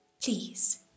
Please